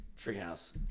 Treehouse